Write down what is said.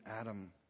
Adam